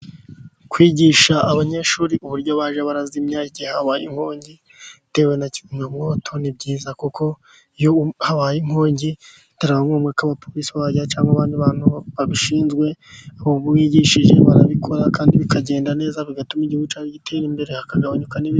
Kwigisha abanyeshuri uburyo bajya barazimya igihe habaye inkongi itewe na kizimya mwoto ni byiza, kuko iyo habaye inkongi bitabaye ngombwa ko abapolisi baza cyangwa abandi bantu babishinzwe, abo wigishije barabikora kandi bikagenda neza, bituma igihugu gitera imbere hakagabanyuka n'ibindi.